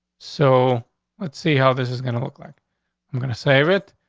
so let's see how this is gonna look like i'm gonna save it.